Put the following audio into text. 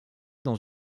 dans